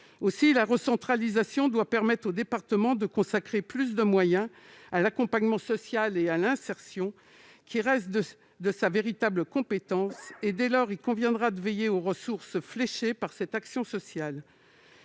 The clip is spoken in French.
La recentralisation doit permettre aux départements de consacrer plus de moyens à l'accompagnement social et à l'insertion, qui restent ses véritables compétences. Dès lors, il conviendra de veiller aux ressources fléchées vers cette action sociale.